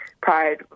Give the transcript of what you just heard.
pride